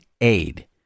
aid